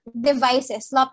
devices